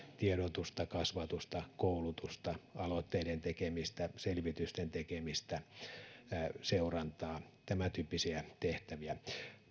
tiedotusta kasvatusta koulutusta aloitteiden tekemistä selvitysten tekemistä seurantaa tämäntyyppisiä tehtäviä